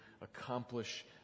accomplish